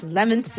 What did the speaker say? Lemon